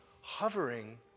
hovering